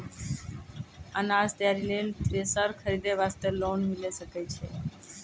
अनाज तैयारी लेल थ्रेसर खरीदे वास्ते लोन मिले सकय छै?